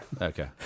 Okay